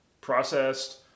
processed